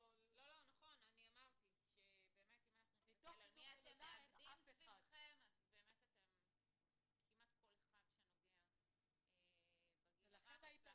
אמרתי שכמעט כל אחד שנוגע בגיל הרך,